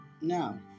No